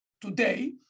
today